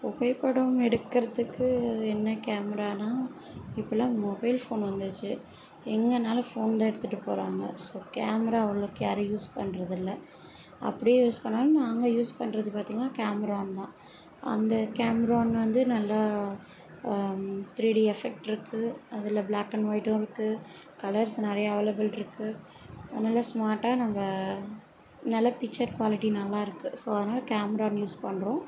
புகைப்படம் எடுக்கிறதுக்கு என்ன கேமரான்னா இப்போல்லாம் மொபைல் ஃபோன் வந்துடுச்சு எங்கேனாலும் ஃபோன் தான் எடுத்துட்டு போகிறாங்க ஸோ கேமரா அவ்வளோக்கு யாரும் யூஸ் பண்ணுறது இல்லை அப்படியே யூஸ் பண்ணாலும் நாங்கள் யூஸ் பண்ணுறது பார்த்திங்கனா கேமரான் தான் அந்த கேமரான் வந்து நல்லா த்ரீ டி எஃபெக்ட் இருக்குது அதில் ப்ளாக் அண்ட் ஒயிட்டும் இருக்குது கலர்ஸ் நிறையா அவைலபிள் இருக்குது அதனால் ஸ்மார்ட்டாக நம்ம நல்ல பிச்சர் குவாலிட்டி நல்லா இருக்குது ஸோ அதனால கேமரான் யூஸ் பண்ணுறோம்